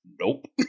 Nope